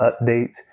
updates